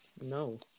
No